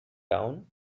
down